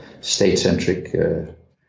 state-centric